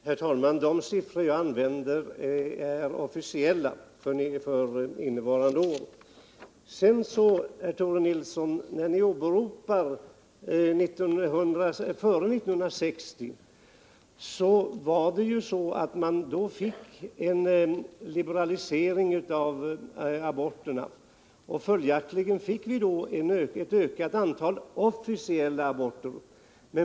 Herr talman! De siffror jag använde är officiella och gäller för innevarande år. Sedan var det ju så, herr Tore Nilsson, när ni åberopar siffrorna för tiden före 1960, att man då fick en liberalisering av aborterna. Följaktligen fick vi då också ett ökat antal officiella aborter.